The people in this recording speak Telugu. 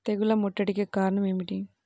తెగుళ్ల ముట్టడికి కారణం ఏమిటి?